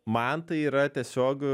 man tai yra tiesiog